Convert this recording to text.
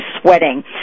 sweating